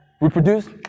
reproduce